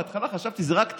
בהתחלה חשבתי שזה רק תואר.